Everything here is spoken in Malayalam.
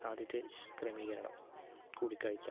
ആദ്യത്തെ ക്രമീകരണം കൂടിക്കാഴ്ച